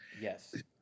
Yes